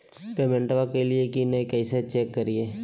पेमेंटबा कलिए की नय, कैसे चेक करिए?